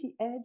edge